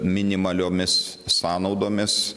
minimaliomis sąnaudomis